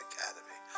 Academy